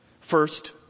First